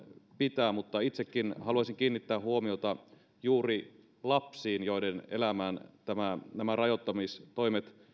pitää mutta itsekin haluaisin kiinnittää huomiota juuri lapsiin joiden elämää nämä rajoittamistoimet